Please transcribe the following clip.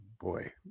boy